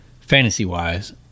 fantasy-wise